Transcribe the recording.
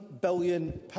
billion